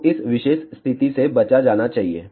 तो इस विशेष स्थिति से बचा जाना चाहिए